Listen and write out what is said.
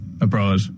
abroad